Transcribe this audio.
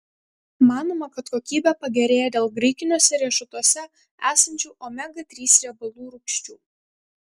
manoma kad kokybė pagerėja dėl graikiniuose riešutuose esančių omega trys riebalų rūgščių